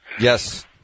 Yes